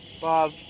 Bob